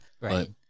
right